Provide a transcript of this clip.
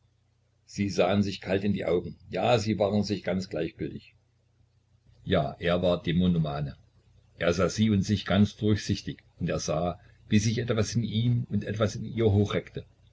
sie sahen sich kalt in die augen ja sie waren sich ganz gleichgültig ja er war dämonomane er sah sie und sich ganz durchsichtig und er sah wie sich etwas in ihm und etwas in ihr